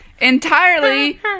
entirely